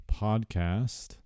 podcast